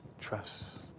trust